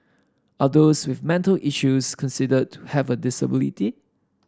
are those with mental issues considered to have a disability